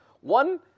One